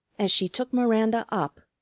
as she took miranda up,